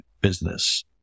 business